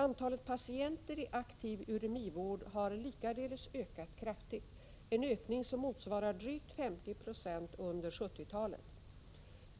Antalet patienter i aktiv uremivård har likaledes ökat kraftigt, en ökning som motsvarar drygt 50 90 under 1970 talet.